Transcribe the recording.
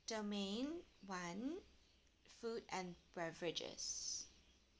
domain one food and beverages